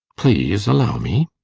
please allow me